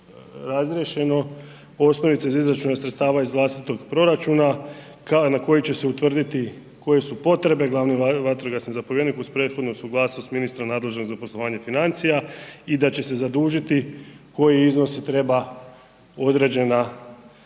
razriješeno osnovice za izračun sredstava iz vlastitog proračuna kao i na koji će se utvrditi koje su potrebe glavni vatrogasni zapovjednik uz prethodnu suglasnost ministra nadležnog za poslovanje financija i da će se zadužiti koji iznos treba određena